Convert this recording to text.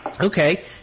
Okay